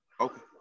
Okay